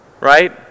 Right